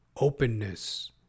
openness